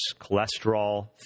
cholesterol